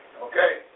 Okay